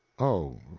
oh,